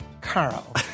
Carl